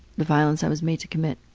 the violence i was made to commit.